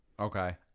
Okay